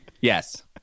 Yes